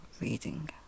reading